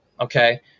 okay